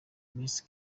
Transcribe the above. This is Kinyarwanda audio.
miss